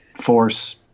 force